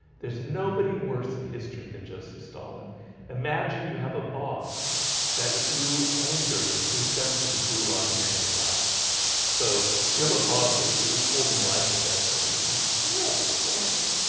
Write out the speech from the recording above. there's nobody worse in history than joseph stalin imagine you have a boss that if you anger you're sent to the gulag and you're gonna die so you have a boss that is holding life and death over you. he's terrible. he's horrible.